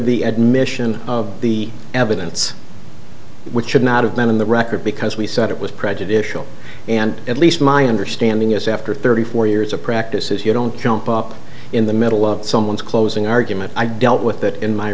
the admission of the evidence which should not have been in the record because we said it was prejudicial and at least my understanding is after thirty four years of practice if you don't jump up in the middle of someone's closing argument i dealt with that in my